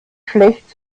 schlecht